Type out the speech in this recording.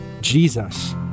Jesus